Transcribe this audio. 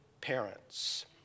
parents